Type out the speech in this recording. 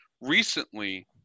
recently